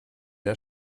der